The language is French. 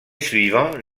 suivant